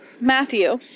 Matthew